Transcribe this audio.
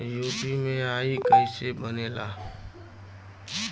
UPI कईसे बनेला?